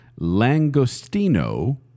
Langostino